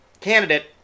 candidate